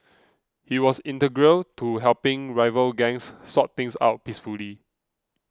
he was integral to helping rival gangs sort things out peacefully